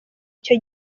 icyo